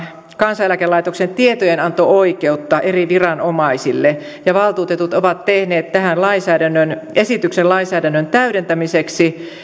kansaneläkelaitoksen tietojenanto oikeutta eri viranomaisille ja valtuutetut ovat tehneet tähän esityksen lainsäädännön täydentämiseksi